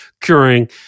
curing